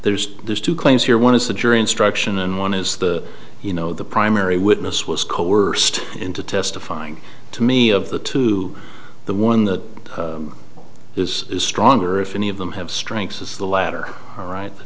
there's there's two claims here one is the jury instruction and one is the you know the primary witness was coerced into testifying to me of the two the one that is stronger if any of them have strengths is the latter all right the